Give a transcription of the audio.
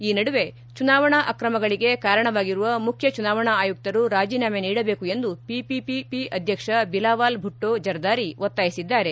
ಈ ನಡುವೆ ಚುನಾವಣಾ ಅಕ್ರಮಗಳಿಗೆ ಕಾರಣವಾಗಿರುವ ಮುಖ್ಯ ಚುನಾವಣಾ ಆಯುಕ್ತರು ರಾಜೀನಾಮೆ ನೀಡಬೇಕು ಎಂದು ಪಿಪಿಪಿ ಅಧ್ಯಕ್ಷ ಬಿಲಾವಾಲ್ ಭುಟ್ಲೋ ಜರ್ದಾರಿ ಒತ್ತಾಯಿಸಿದ್ದಾರೆ